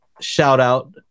shout-out